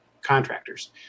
contractors